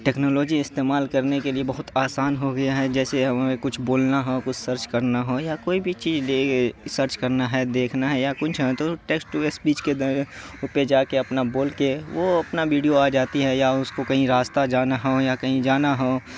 technology استعمال کرنے کے لیے بہت آسان ہو گیا ہے جیسے کچھ بولنا ہو کچھ سرچ کرنا ہو یا کوئی بھی چیز سرچ کرنا ہے دیکھنا ہے یا کچھ تو ٹیکسٹ ٹو اسپیچ کے پہ جا کے اپنا بول کے وہ اپنا ویڈیو آ جاتی ہے یا اس کو کہیں راستہ جانا ہو یا کہیں جانا ہو